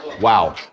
Wow